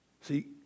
See